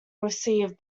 received